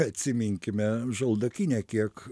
atsiminkime žaldokynę kiek